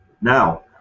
Now